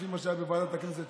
לפי מה שהיה בוועדת הכנסת,